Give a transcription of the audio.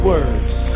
Words